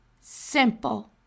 Simple